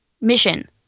mission